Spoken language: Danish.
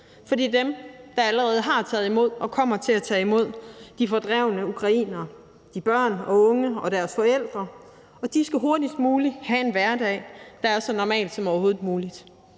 for det er dem, der allerede har taget imod og kommer til at tage imod de fordrevne ukrainere, de børn, unge og deres forældre, og de skal hurtigst muligt have en hverdag, der er så normal som overhovedet muligt.